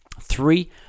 Three